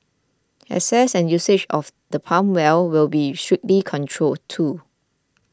access and usage of the pump well will be strictly controlled too